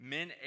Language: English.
Men